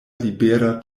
libera